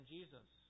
Jesus